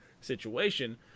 situation